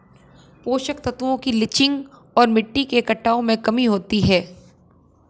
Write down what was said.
पोषक तत्वों की लीचिंग और मिट्टी के कटाव में कमी होती है